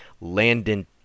landon